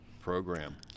Program